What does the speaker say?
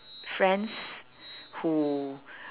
friends who